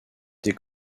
des